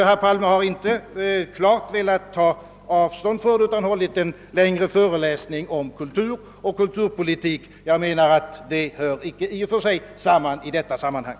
Herr Palme har inte klart velat ta avstånd från den utan har hållit en längre föreläsning om kultur och kul turpolitik, som inte hör hemma i detta sammanhang.